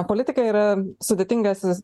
politika yra sudėtingas